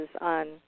on